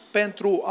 pentru